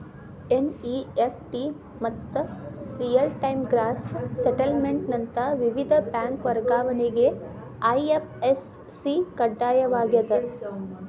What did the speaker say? NEFT ಮತ್ತ real time gross settlement ನಂತ ವಿವಿಧ ಬ್ಯಾಂಕ್ ವರ್ಗಾವಣೆಗೆ ಐ.ಎಫ್.ಎಸ್.ಸಿ ಕಡ್ಡಾಯವಾಗ್ಯದ